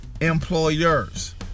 employers